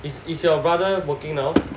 is is your brother working now